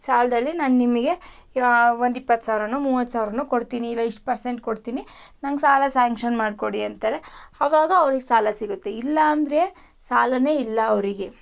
ಸಾಲದಲ್ಲಿ ನಾನು ನಿಮಗೆ ಒಂದು ಇಪ್ಪತ್ತು ಸಾವಿರನೋ ಮೂವತ್ತು ಸಾವಿರನೋ ಕೊಡ್ತೀನಿ ಇರೋ ಇಷ್ಟು ಪರ್ಸೆಂಟ್ ಕೊಡ್ತೀನಿ ನನಗೆ ಸಾಲ ಸ್ಯಾಂಕ್ಷನ್ ಮಾಡ್ಕೊಡಿ ಅಂತಾರೆ ಅವಾಗ ಅವರಿಗೆ ಸಾಲ ಸಿಗತ್ತೆ ಇಲ್ಲ ಅಂದರೆ ಸಾಲನೇ ಇಲ್ಲ ಅವರಿಗೆ